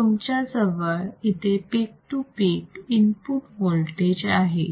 तुमच्याजवळ इथे peak to peak input voltage आहे